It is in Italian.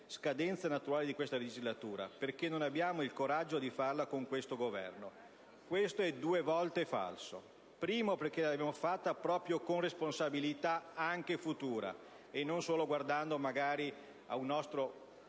scadenza naturale di questa legislatura), perché non abbiamo il coraggio di farla con questo Governo. Questo è due volte falso. In primo luogo, perché l'abbiamo fatta con responsabilità anche futura, e non solo guardando - magari - a una nostra